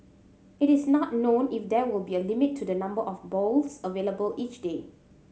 it is not known if there will be a limit to the number of bowls available each day